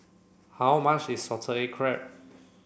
how much is Salted Egg Crab